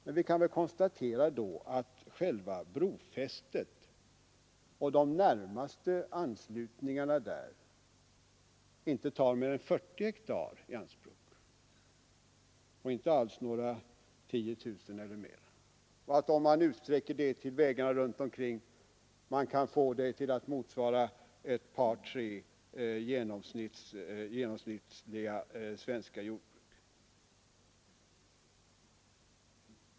Men vi kan konstatera att själva brofästet och de närmaste anslutningarna inte tar i anspråk mer än 40 hektar och inte alls några 10 000 hektar eller mer. Om man tar med även vägarna runt omkring, kan man få ytan att motsvara ett par tre genomsnittliga jordbruk.